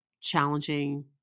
challenging